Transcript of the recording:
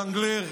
ז'אנגלר,